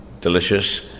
delicious